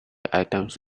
items